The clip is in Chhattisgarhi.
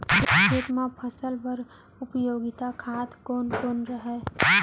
खेत म फसल बर उपयोगी खाद कोन कोन हरय?